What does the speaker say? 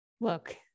Look